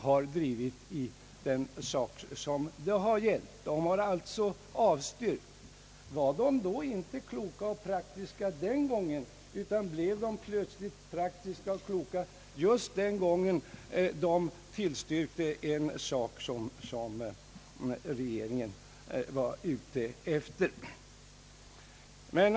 Men var dessa representanter för förbundet inte kloka och praktiska då också? Blev de plötsligt kloka och praktiska just den gången när de tillstyrkte en sak som regeringen ville genomföra?